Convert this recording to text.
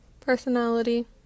personality